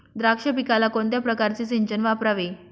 द्राक्ष पिकाला कोणत्या प्रकारचे सिंचन वापरावे?